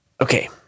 Okay